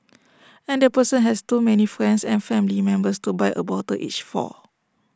and the person has too many friends and family members to buy A bottle each for